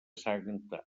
santa